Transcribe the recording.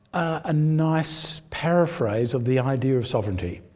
a nice paraphrase of the idea of sovereignty.